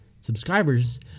subscribers